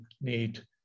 need